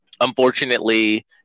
Unfortunately